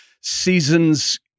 seasons